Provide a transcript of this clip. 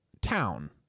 town